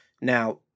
Now